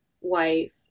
wife